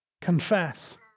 confess